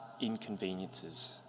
inconveniences